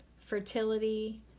fertility